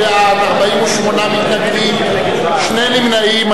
16 בעד, 48 מתנגדים, שני נמנעים.